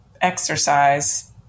exercise